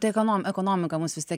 tai ekonom ekonomika mus vis tiek